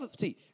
see